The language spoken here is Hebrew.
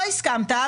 לא הסכמת,